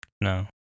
No